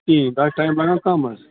کِہیٖنۍ تَتھ چھُ ٹایِم لگان کَم حظ